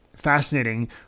fascinating